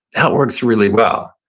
that works really well.